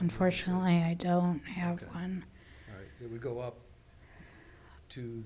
unfortunately i don't have on we go up to